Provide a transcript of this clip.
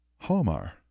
Homer